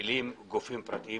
נגבים על ידי גופים פרטיים?